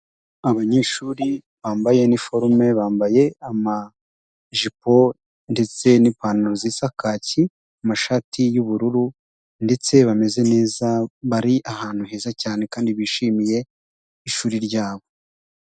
Abanyeshuri bambaye iniforume, bambaye amajipo ndetse n'ipantaro zisa kaki, amashati y'ubururu ndetse bameze neza, bari ahantu heza cyane kandi bishimiye ishuri ryabo.